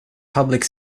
public